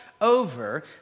over